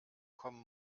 kommen